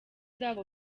zabo